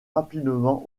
rapidement